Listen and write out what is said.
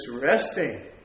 resting